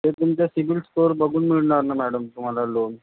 ते तुमचा CIBIL score बघून मिळणार ना मॅडम तुम्हाला लोन